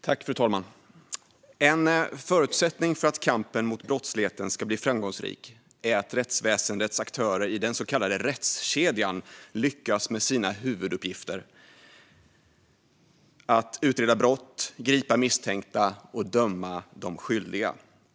Fru talman! En förutsättning för att kampen mot brottsligheten ska bli framgångsrik är att rättsväsendets aktörer i den så kallade rättskedjan lyckas med sina huvuduppgifter att utreda brott, gripa misstänkta och döma de skyldiga.